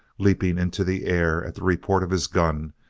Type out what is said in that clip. leaping into the air at the report of his gun,